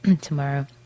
tomorrow